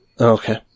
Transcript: Okay